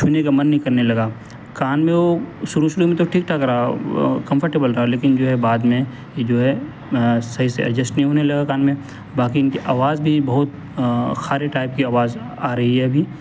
چھونے کا من نہیں کرنے لگا کان میں وہ شروع شروع میں تو ٹھیک ٹھاک رہا کمفرٹیبل رہا لیکن جو ہے بعد میں یہ جو ہے صحیح سے اڈجسٹ نہیں ہونے لگا کان میں باقی ان کے آواز بھی بہت خارے ٹائپ کی آواز آ رہی ہے ابھی